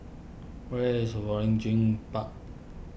where is Waringin Park